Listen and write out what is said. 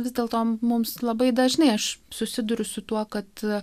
vis dėlto mums labai dažnai aš susiduriu su tuo kad